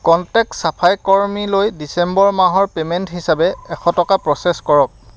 contact চাফাই কৰ্মীলৈ December মাহৰ পে'মেণ্ট হিচাপে এশ টকা প্ৰ'চেছ কৰক